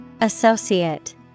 Associate